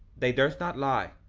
they durst not lie,